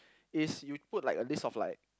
is you put like a list of like